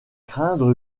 craindre